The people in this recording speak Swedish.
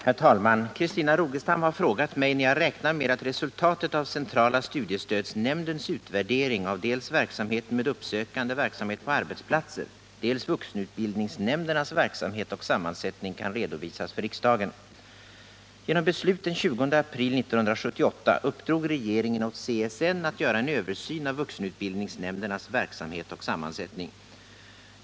Herr talman! Christina Rogestam har frågat mig när jag räknar med att resultatet av centrala studiestödsnämndens utvärdering av dels verksamheten med uppsökande verksamhet på arbetsplatser, dels vuxenutbildningsnämndernas verksamhet och sammansättning kan redovisas för riksdagen. Genom beslut den 20 april 1978 uppdrog regeringen åt CSN att göra en översyn av vuxenutbildningsnämndernas verksamhet och sammansättning.